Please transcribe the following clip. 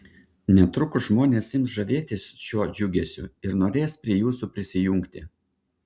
netrukus žmonės ims žavėtis šiuo džiugesiu ir norės prie jūsų prisijungti